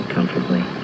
comfortably